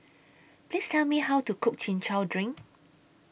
Please Tell Me How to Cook Chin Chow Drink